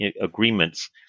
agreements